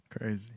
Crazy